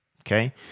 okay